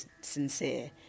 sincere